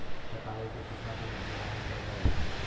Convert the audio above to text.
कटाई के कितना दिन मे भंडारन करबय?